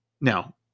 Now